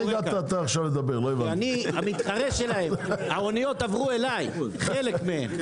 אני המתחרה שלהם האוניות עברו אליי, חלק מהן.